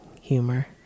humor